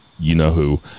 you-know-who